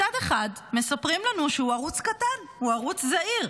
מצד אחד מספרים לנו שהוא ערוץ קטן, הוא ערוץ זעיר,